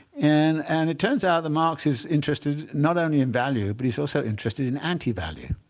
and and it turns out that marx is interested not only in value, but he's also interested in anti-value.